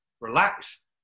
relax